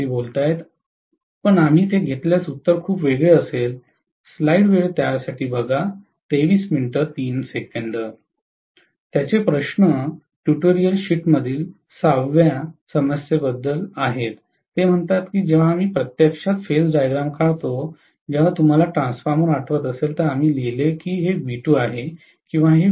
विद्यार्थी पण आम्ही ते घेतल्यास उत्तर खूप वेगळे असेल त्याचे प्रश्न ट्युटोरियल शीटमधील 6th व्या समस्येबद्दल आहेत ते म्हणतात जेव्हा आम्ही प्रत्यक्षात फेज डायग्राम काढतो जेव्हा तुम्हाला ट्रान्सफॉर्मर आठवत असेल तर आम्ही लिहिले की हे V2 आहे किंवा